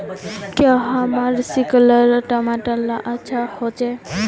क्याँ हमार सिपकलर टमाटर ला अच्छा होछै?